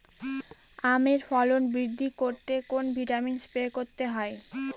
আমের ফলন বৃদ্ধি করতে কোন ভিটামিন স্প্রে করতে হয়?